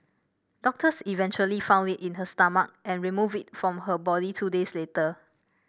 doctors eventually found it in her stomach and removed it from her body two days later